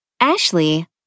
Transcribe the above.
Ashley